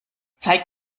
zeig